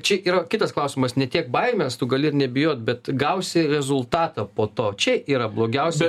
čia yra kitas klausimas ne tiek baimės tu gali ir nebijot bet gausi rezultatą po to čia yra blogiausia